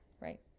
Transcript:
Right